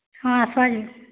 ହଁ ଆସ ଆଜି